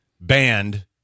banned